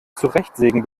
zurechtsägen